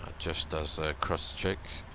ah just does cross-check